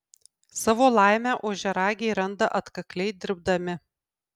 savo laimę ožiaragiai randa atkakliai dirbdami